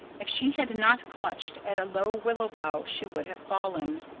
if she had not clutched at a low willow bough she would have fallen.